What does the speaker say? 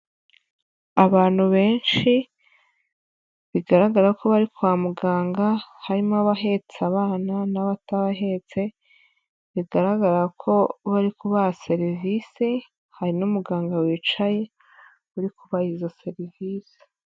Abantu benshi bigaragara ko bari kwa muganga, harimo abahetse abana n'abatabahetse, bigaragara ko bari kubaha serivisi hari n'umuganga wicaye uri kubaha izo serivisi.